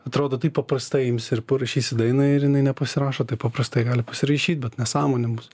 atrodo taip paprastai ims ir parašysi dainą ir jinai nepasirašo taip paprastai gali pasirašyti bet nesąmonė bus